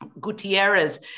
Gutierrez